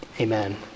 Amen